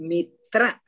Mitra